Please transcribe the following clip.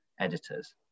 Editors